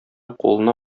кулына